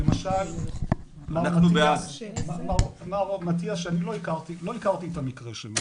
למשל מר מטיאס שאני לא הכרתי את המקרה שלו